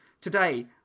Today